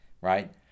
right